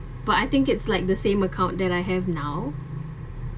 but I think it's like the same account that I have now